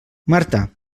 marta